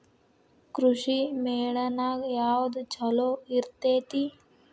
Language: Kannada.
ಕೃಷಿಮೇಳ ನ್ಯಾಗ ಯಾವ್ದ ಛಲೋ ಇರ್ತೆತಿ?